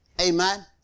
Amen